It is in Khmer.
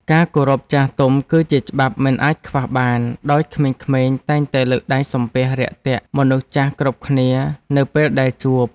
ការគោរពចាស់ទុំ គឺជាច្បាប់មិនអាចខ្វះបាន ដោយក្មេងៗតែងតែលើកដៃសំពះរាក់ទាក់មនុស្សចាស់គ្រប់គ្នានៅពេលដែលជួប។